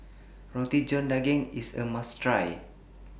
Roti John Daging IS A must Try